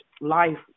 life